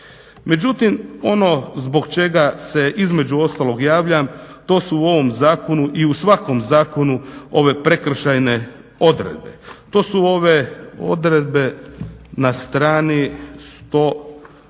Međutim ono zbog čega se između ostalog javljam to su u ovom zakonu i u svakom zakonu ove prekršajne odredbe. To su ove odredbe na str. 142